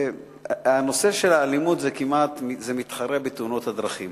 הנושא של האלימות מתחרה בתאונות הדרכים